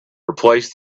replace